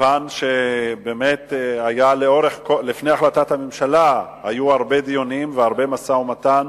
מכיוון שבאמת לפני החלטת הממשלה היו הרבה דיונים והרבה משא-ומתן,